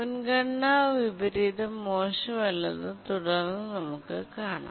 മുൻഗണന വിപരീതം മോശമല്ലെന്ന് തുടർന്ന് നമുക്ക് കാണാം